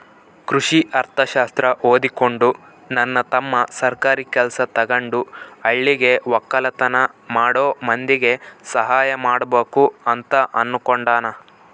ಕೃಷಿ ಅರ್ಥಶಾಸ್ತ್ರ ಓದಿಕೊಂಡು ನನ್ನ ತಮ್ಮ ಸರ್ಕಾರಿ ಕೆಲ್ಸ ತಗಂಡು ಹಳ್ಳಿಗ ವಕ್ಕಲತನ ಮಾಡೋ ಮಂದಿಗೆ ಸಹಾಯ ಮಾಡಬಕು ಅಂತ ಅನ್ನುಕೊಂಡನ